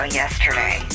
yesterday